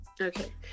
Okay